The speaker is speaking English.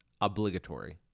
obligatory